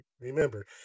remember